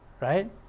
right